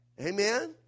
Amen